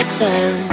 turn